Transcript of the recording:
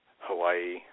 Hawaii